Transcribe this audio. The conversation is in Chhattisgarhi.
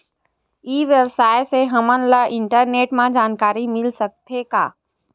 ई व्यवसाय से हमन ला इंटरनेट मा जानकारी मिल सकथे का?